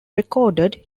recorded